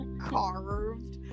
carved